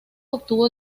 obtuvo